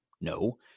No